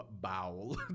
bowel